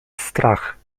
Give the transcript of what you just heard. strach